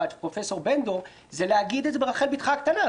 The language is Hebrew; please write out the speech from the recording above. ושל פרופ' בן דור זה להגיד את זה ברחל בתך הקטנה.